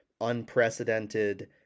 unprecedented